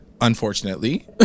unfortunately